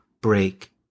break